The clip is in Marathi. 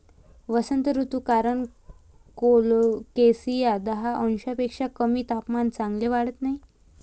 वसंत ऋतू कारण कोलोकेसिया दहा अंशांपेक्षा कमी तापमानात चांगले वाढत नाही